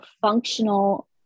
functional